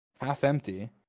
half-empty